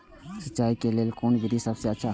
सिंचाई क लेल कोन विधि सबसँ अच्छा होयत अछि?